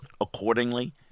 accordingly